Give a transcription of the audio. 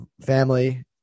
family